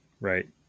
right